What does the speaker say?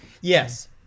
Yes